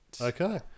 Okay